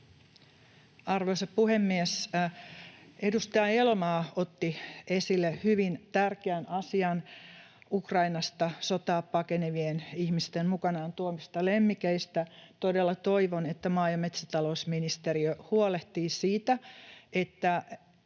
Arvoisa puhemies! Edustaja Elomaa otti esille hyvin tärkeän asian Ukrainasta sotaa pakenevien ihmisten mukanaan tuomista lemmikeistä. Todella toivon, että maa‑ ja metsätalousministeriö huolehtii siitä, että